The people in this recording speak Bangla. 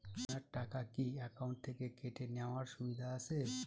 বিমার টাকা কি অ্যাকাউন্ট থেকে কেটে নেওয়ার সুবিধা আছে?